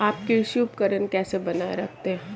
आप कृषि उपकरण कैसे बनाए रखते हैं?